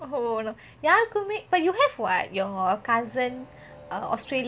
யாருக்குமே:yaarukume but you have what your cousin uh australia